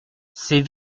c’est